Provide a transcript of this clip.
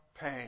pain